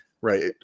right